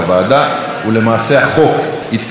החוק התקבל בקריאה שנייה,